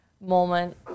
moment